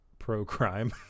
pro-crime